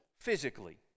physically